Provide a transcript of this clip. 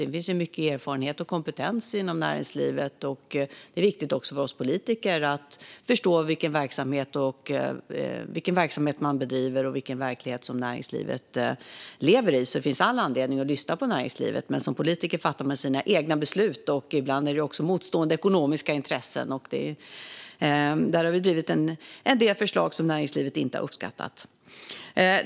Det finns ju mycket erfarenhet och kompetens inom näringslivet, och det är viktigt för oss politiker att förstå vilken verksamhet som bedrivs och vilken verklighet näringslivet lever i. Det finns alltså all anledning att lyssna på näringslivet, men som politiker fattar man sina egna beslut. Ibland finns det ju också motstående ekonomiska intressen, och där har vi drivit en del förslag som näringslivet inte har uppskattat.